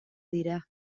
dira